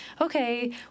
okay